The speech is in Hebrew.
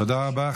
תודה רבה.